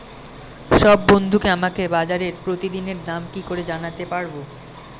সব বন্ধুকে আমাকে বাজারের প্রতিদিনের দাম কি করে জানাতে পারবো?